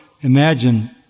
imagine